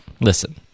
listen